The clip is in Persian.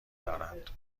دارد